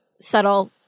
subtle